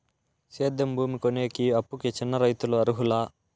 సేద్యం భూమి కొనేకి, అప్పుకి చిన్న రైతులు అర్హులా?